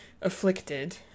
afflicted